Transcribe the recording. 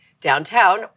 downtown